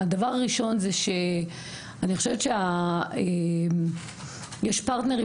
הדבר הראשון זה שאני חושבת שיש פרטנרים